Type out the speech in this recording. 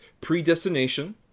Predestination